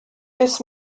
this